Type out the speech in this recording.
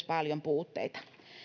paljon puutteita